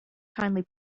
kindly